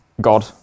God